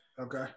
okay